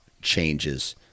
changes